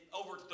over